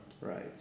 Right